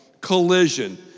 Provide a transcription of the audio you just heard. collision